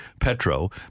petro